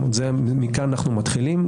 מכאן אנו מתחילים.